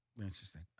Interesting